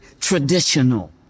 traditional